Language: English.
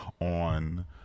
on